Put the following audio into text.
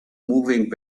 moving